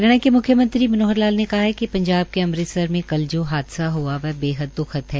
हरियाणा के मुख्यमंत्री मनोहर लाल ने कहा है कि पंजाब के अमृतसर में कल जो हादसा हआ वह बेहद द्खद है